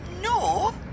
no